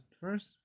first